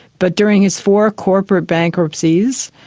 but during his four corporate bankruptcies,